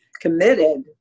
committed